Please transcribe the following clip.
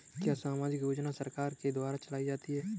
क्या सामाजिक योजना सरकार के द्वारा चलाई जाती है?